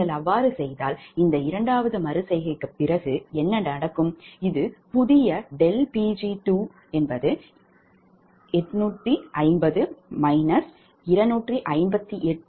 நீங்கள் அவ்வாறு செய்தால் இந்த இரண்டாவது மறு செய்கைக்குப் பிறகு என்ன நடக்கும் இது புதிய ∆Pg2850 258